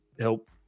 help